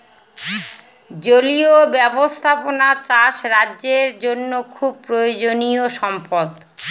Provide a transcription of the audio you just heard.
জলীয় ব্যাবস্থাপনা চাষ রাজ্যের জন্য খুব প্রয়োজনীয়ো সম্পদ